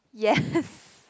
yes